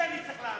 אני חייב תשובה.